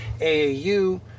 AAU